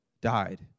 died